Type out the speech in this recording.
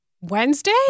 Wednesday